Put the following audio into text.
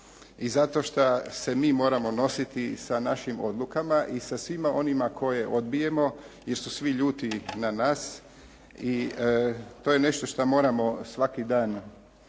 I zato što se mi moramo nositi sa našim odlukama i sa svima onima koje odbijemo jer su svi ljuti na nas i to je nešto što moramo svaki dan